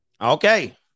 Okay